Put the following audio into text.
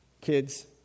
kids